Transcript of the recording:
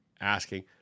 asking